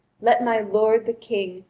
let my lord, the king,